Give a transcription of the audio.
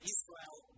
Israel